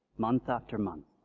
month after month.